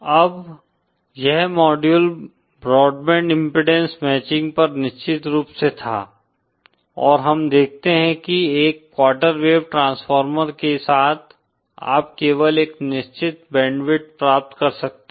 अब यह module broadband impedance matching पर निश्चित रूप से था और हम देखते हैं कि एक क्वार्टर वेव ट्रांसफार्मर के साथ आप केवल एक निश्चित बैंडविड्थ प्राप्त कर सकते हैं